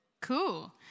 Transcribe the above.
Cool